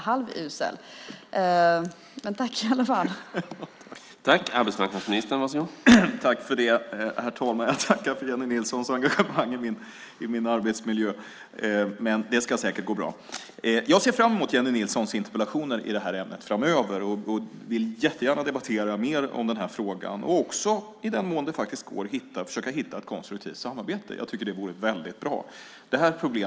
Men tack i alla fall!